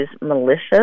malicious